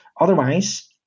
Otherwise